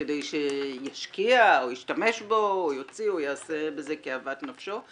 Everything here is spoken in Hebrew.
שיעשה בהם כאוות נפשו.